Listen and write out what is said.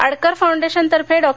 आडकर फौंडेशनतर्फे डॉ